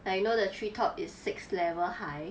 like you know the treetop is six level high